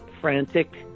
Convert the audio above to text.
frantic